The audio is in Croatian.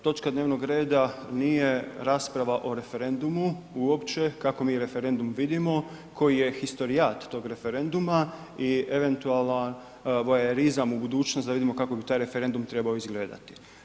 Točka dnevnog reda nije rasprava o referendumu uopće kako mi referendum vidimo koji je historijat tog referenduma i eventualan voajerizam u budućnost da vidimo kako bi taj referendum trebao izgledati.